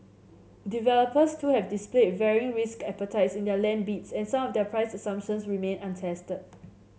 developers too have displayed varying risk appetites in their land and some of their price assumptions remain untested